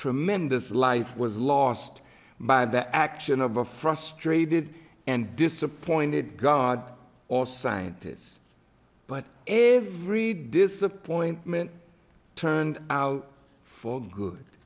tremendous life was lost by the action of a frustrated and disappointed god or scientist but every disappointment turned out for good